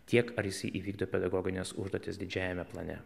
tiek ar jisai įvykdo pedagogines užduotis didžiajame plane